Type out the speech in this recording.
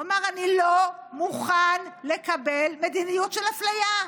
הוא אמר: אני לא מוכן לקבל מדיניות של אפליה,